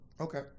Okay